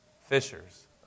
fishers